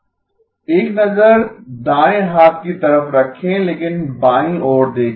एक नजर दाएं हाथ की तरफ रखें लेकिन बाईं ओर देखें